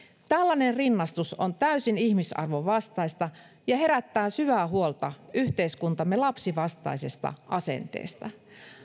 tällainen rinnastus on täysin ihmisarvon vastaista ja herättää syvää huolta yhteiskuntamme lapsivastaisesta asenteesta